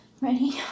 Ready